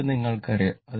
ഇത് നിങ്ങൾക്കറിയാം